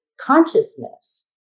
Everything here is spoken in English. consciousness